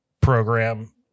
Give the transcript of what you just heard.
program